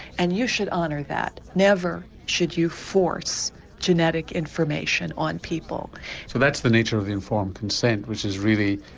and you should honour that, never should you force genetic information on people. so that's the nature of the informed consent which is really,